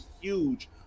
huge